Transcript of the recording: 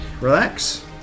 relax